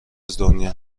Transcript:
دنیا